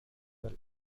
well